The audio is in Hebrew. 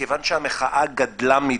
כיוון שהמחאה גדולה מדי.